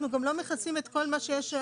לא מכסים את כל מה שיש.